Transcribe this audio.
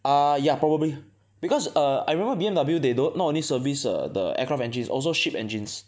uh ya probably because err I remember B_M_W they don't not only service err the aircraft engines also ship engines